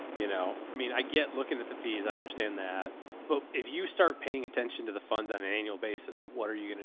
you know, i mean, i get looking at the fees. i understand that. but if you start paying attention to the funds on an annual basis, what are you going to